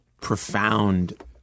profound